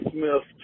Smith